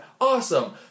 awesome